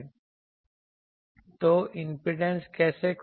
तो इम्पीडेंस कैसे खोजें